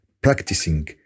practicing